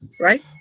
Right